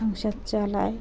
সংসার চালাই